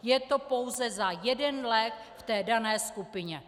Je to pouze za jeden lék v dané skupině.